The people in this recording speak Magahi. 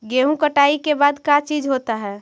गेहूं कटाई के बाद का चीज होता है?